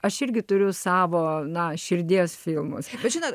aš irgi turiu savo na širdies filmus žinot